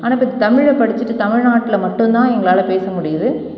ஆனால் இப்போ தமிழை படிச்சுட்டு தமிழ்நாட்டில் மட்டும்தான் எங்களால் பேச முடியுது